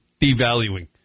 devaluing